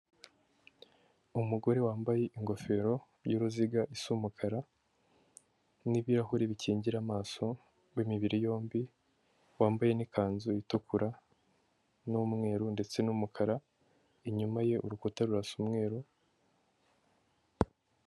Umugore wambaye ingofero y'uruziga isa umukara n'ibirahuri bikingira amaso, w'imibiri yombi, wambaye n'ikanzu itukura n'umweru ndetse n'umukara, inyuma ye urukuta rurasa umweru.